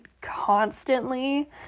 constantly